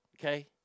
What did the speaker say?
okay